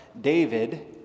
David